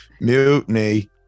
mutiny